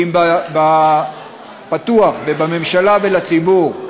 כי אם פתוח ובממשלה ולציבור,